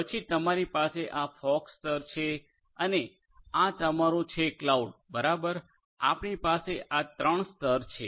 પછી તમારી પાસે આ ફોગ સ્તર છે અને આ તમારું છે ક્લાઉડ બરાબર આપણી પાસે આ 3 સ્તર છે